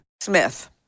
Smith